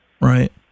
Right